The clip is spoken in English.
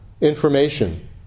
information